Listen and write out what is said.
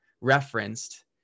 referenced